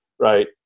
right